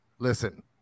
Listen